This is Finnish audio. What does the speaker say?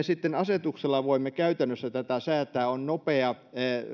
sitten asetuksella voimme käytännössä tätä säätää on nopeaa